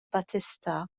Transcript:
batista